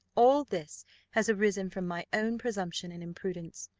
all this has arisen from my own presumption and imprudence.